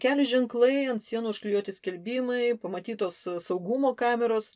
kelio ženklai ant sienų užklijuoti skelbimai pamatytos saugumo kameros